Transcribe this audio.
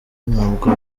ntabwo